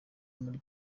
muli